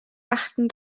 achten